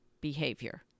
behavior